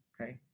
okay